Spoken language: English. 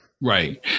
Right